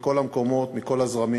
מכל המקומות, מכל הזרמים